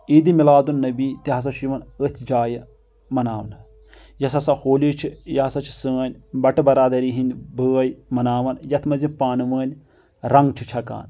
عید میلادُ النبی تہِ ہسا چھُ یِوان أتھۍ جایہِ مناونہٕ یۄس ہسا ہولی چھِ یہِ ہسا چھِ سٲنۍ بٹہٕ برادٔری ہٕنٛۍ بٲے مناوان یتھ منٛز یِم پانہٕ وٲنۍ رنٛگ چھِ چھکان